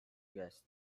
guest